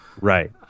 Right